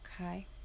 Okay